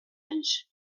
anys